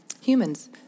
humans